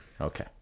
Okay